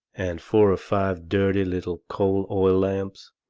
and four or five dirty little coal oil lamps,